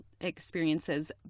experiences